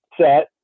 set